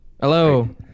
hello